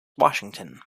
washington